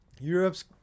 Europe's